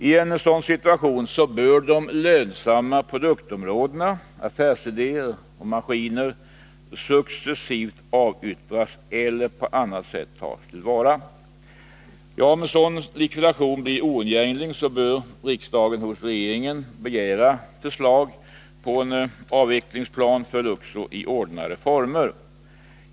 I en sådan situation bör de lönsamma produktområdena, affärsidéer, maskiner successivt avyttras eller på annat sätt tas till vara. Om en sådan likvidation blir oundviklig, bör riksdagen hos regeringen begära förslag till en plan för avveckling av Luxor i ordnade former.